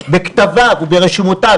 בכתביו וברשימותיו.